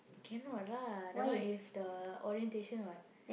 cannot lah that one is the orientation [what]